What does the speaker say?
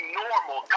normal